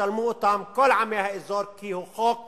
שישלמו אותם כל עמי האזור, כי הוא חוק